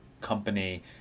company